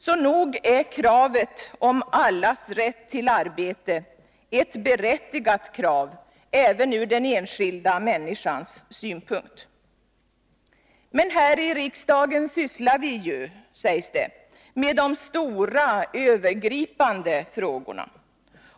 Så nog är kravet om allas rätt till arbete ett berättigat krav, även ur den enskilda människans synpunkt. Men här i riksdagen sysslar vi ju, sägs det, med de stora, övergripande frågorna.